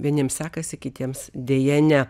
vieniems sekasi kitiems deja ne